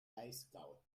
breisgau